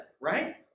right